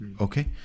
Okay